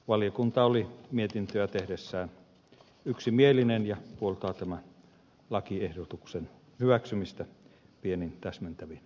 valiokunta oli mietintöä tehdessään yksimielinen ja puoltaa tämän lakiehdotuksen hyväksymistä pienin täsmentävin muutoksin